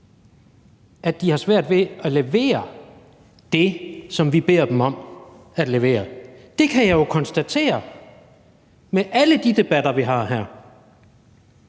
at de har svært ved at levere det, som vi beder dem om at levere. Det kan jeg jo konstatere med alle de debatter, vi har her.